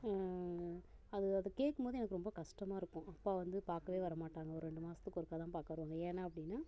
அது அது கேட்கும்போதே எனக்கு ரொம்ப கஷ்டமா இருக்கும் அப்பா வந்து பார்க்கவே வர மாட்டாங்க ஒரு ரெண்டு மாதத்துக்கு ஒருக்கதான் பார்க்க வருவாங்க ஏன்னா அப்படின்னா